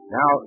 Now